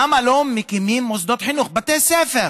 למה לא מקימים מוסדות חינוך, בתי ספר,